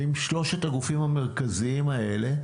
עם שלושת הגופים המרכזיים האלה,